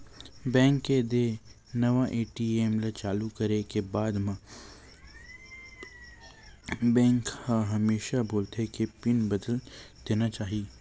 bank के देय नवा ए.टी.एम ल चालू करे के बाद म बेंक ह हमेसा बोलथे के पिन बदल लेना चाही